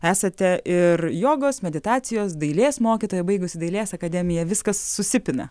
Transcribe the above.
esate ir jogos meditacijos dailės mokytoja baigusi dailės akademiją viskas susipina